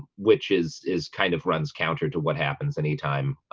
which is is kind of runs counter to what happens anytime um,